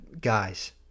guys